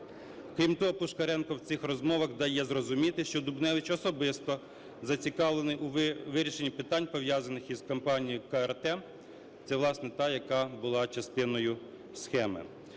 Крім того, Пушкаренко в цих розмовах дає зрозуміти, що Дубневич особисто зацікавлений у вирішенні питань, пов'язаних із компанією КРТ - це, власне, та, яка була частиною схеми.